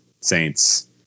Saints